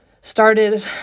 started